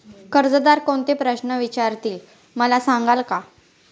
कर्जदार कोणते प्रश्न विचारतील, मला सांगाल का?